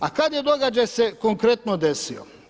A kad je događaj se konkretno desio?